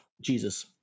Jesus